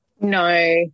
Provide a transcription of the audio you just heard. No